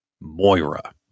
Moira